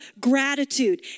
gratitude